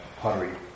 pottery